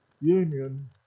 union